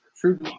true